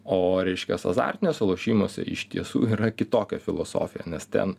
o reiškias azartiniuose lošimuose iš tiesų yra kitokia filosofija nes ten